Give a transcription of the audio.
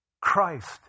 Christ